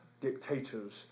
dictators